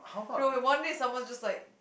one day someone just like